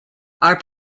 are